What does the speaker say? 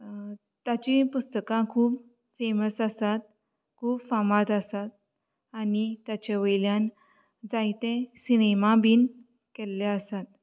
ताचीं पुस्तकां खूब फेमस आसात खूब फामाद आसात आनी ताचे वयल्यान जायते सिनेमा बीन केल्ले आसात